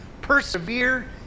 Persevere